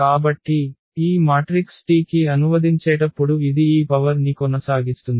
కాబట్టి ఈ matrix T కి అనువదించేటప్పుడు ఇది ఈ పవర్ ని కొనసాగిస్తుంది